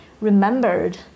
remembered